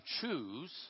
choose